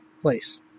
place